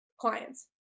clients